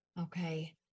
Okay